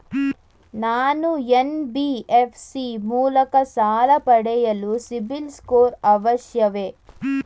ನಾನು ಎನ್.ಬಿ.ಎಫ್.ಸಿ ಮೂಲಕ ಸಾಲ ಪಡೆಯಲು ಸಿಬಿಲ್ ಸ್ಕೋರ್ ಅವಶ್ಯವೇ?